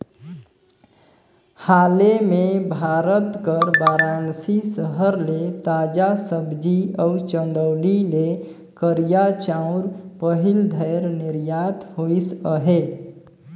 हाले में भारत कर बारानसी सहर ले ताजा सब्जी अउ चंदौली ले करिया चाँउर पहिल धाएर निरयात होइस अहे